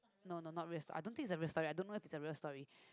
no no not real I don't think it's a real story I don't know if it's a real story